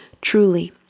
Truly